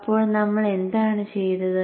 അപ്പോൾ നമ്മൾ എന്താണ് ചെയ്തത്